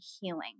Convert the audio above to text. healing